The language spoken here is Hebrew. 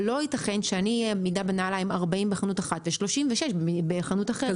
אבל לא ייתכן שאני אהיה בנעליים מידה 40 בחנות אחת ו-36 בחנות אחרת.